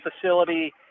facility